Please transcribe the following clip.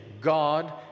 God